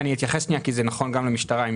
אני אתייחס כי זה נכון גם למשטרה.